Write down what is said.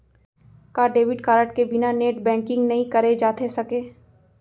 का debit card के बिना नेट बैंकिंग नई करे जाथे सके?